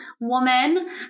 woman